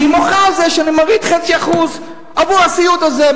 שהיא מוחה על זה שאני מוריד 0.5% עבור הסיעוד הזה.